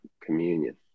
communion